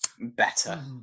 better